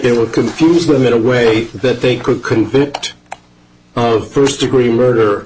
were confuse them in a way that they could convict oh first degree murder